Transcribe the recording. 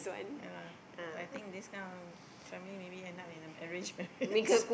ya lah I think this kind of family maybe end up in an arranged marriage